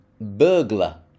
Burglar